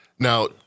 Now